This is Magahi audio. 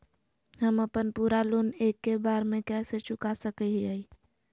हम अपन पूरा लोन एके बार में कैसे चुका सकई हियई?